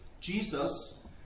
Jesus